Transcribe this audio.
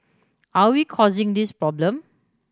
are we causing these problem